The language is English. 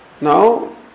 Now